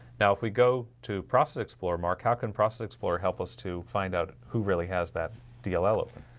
now if we go to process explorer mark, how can process explorer help us to find out who really has that dll open?